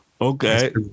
Okay